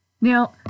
Now